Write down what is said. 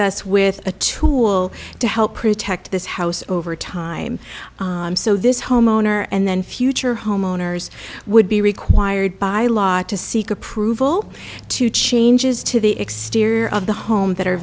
us with a tool to help protect this house over time so this homeowner and then future homeowners would be required by law to seek approval to changes to the exterior of the home that are